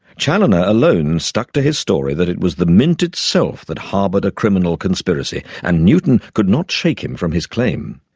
challoner alone stuck to his story that it was the mint itself that harboured a criminal conspiracy, and newton could not shake him from his claim.